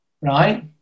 right